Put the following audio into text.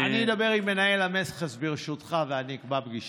ברשותך, אני אדבר עם מנהל המכס ואני אקבע פגישה.